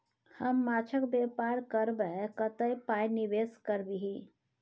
हम माछक बेपार करबै कतेक पाय निवेश करबिही?